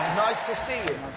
nice to see you.